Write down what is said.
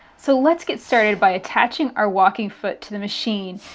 so let's get started by attaching our walking foot to the machine.